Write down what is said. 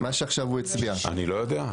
לא יודע.